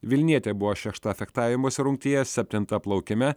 vilnietė buvo šešta fechtavimosi rungtyje septinta plaukime